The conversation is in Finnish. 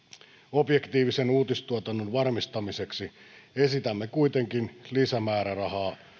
objektiivisen uutistuotannon varmistamiseksi esitämme kuitenkin lisämäärärahaa